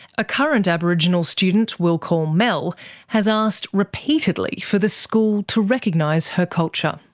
a current aboriginal student we'll call mel has asked repeatedly for the school to recognise her culture.